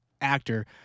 actor